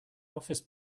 office